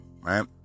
right